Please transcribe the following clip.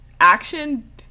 action